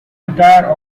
entire